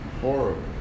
Horrible